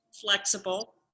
flexible